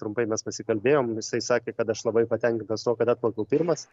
trumpai mes pasikalbėjom jisai sakė kad aš labai patenkintas tuo kad atplaukiau pirmas